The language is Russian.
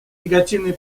негативные